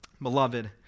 Beloved